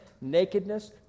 nakedness